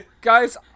Guys